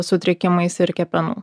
sutrikimais ir kepenų